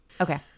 Okay